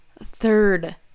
third